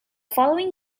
following